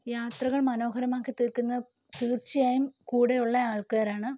യാത്രകള് മനോഹരമാക്കി തീര്ക്കുന്നത് തീര്ച്ചയായും കൂടെ ഉള്ള ആള്ക്കാരാണ്